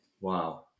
Wow